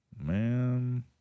Man